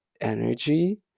energy